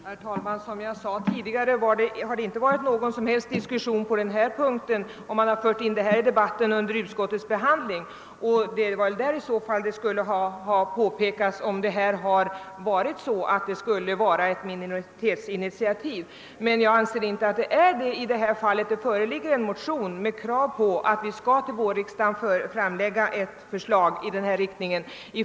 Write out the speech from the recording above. Herr talman! Som jag sade tidigare har det inte varit någon som helst diskussion på denna punkt under behandlingen i utskottet, men där skulle ju påpekandet om ett minoritetsinitiativ ha skett. Enligt min mening är det emellertid inte fråga om något sådant i detta fall. Det föreligger en motion med krav på att utskottet till vårriksdagen skall framlägga ett förslag i den riktning det gäler.